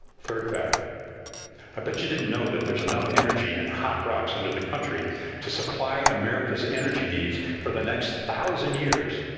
third fact i bet you didn't know that there's enough energy in hot rocks under the country to supply america's energy needs for the next thousand years.